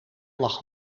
lag